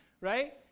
right